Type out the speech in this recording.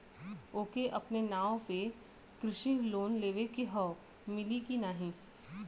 ओके अपने नाव पे कृषि लोन लेवे के हव मिली की ना ही?